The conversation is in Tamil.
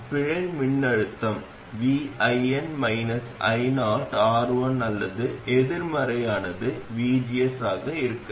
உண்மையில் இது சிறந்ததல்ல என்று எதிர்பார்க்கப்படுகிறது